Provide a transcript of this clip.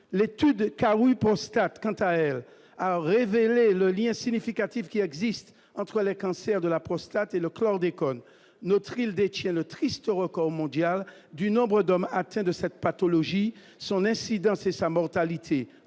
l'Kawhi : prostate, quant à elle, a révélé le lien significatif qui existent entre les cancers de la prostate et le chlordécone notre il détient le triste record mondial du nombre d'hommes atteints de cette pathologie, son incidence et sa mortalité